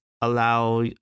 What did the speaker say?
allow